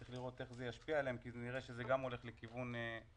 צריך לראות איך זה ישפיע עליהן כי נראה שזה גם הולך לכיוון בעייתי,